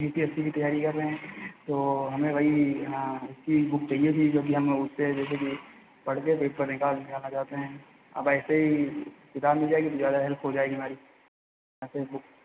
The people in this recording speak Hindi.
यू पी एस सी की तैयारी कर रहे हैं तो हमें वही उसकी बुक चाहिए थी जोकि हम लोग उतने हैं जैसे कि पढ़ते हैं पढ़ने के बाद खाना खाते हैं अब ऐसे ही किताब मिल जाएगी तो ज़्यादा हेल्प हो जाएगी हमारी आपकी बुक